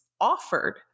offered